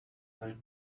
time